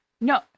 no